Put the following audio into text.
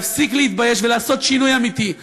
להפסיק להתבייש ולעשות שינוי אמיתי,